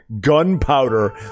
Gunpowder